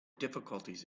difficulties